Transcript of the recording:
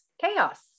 chaos